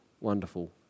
Wonderful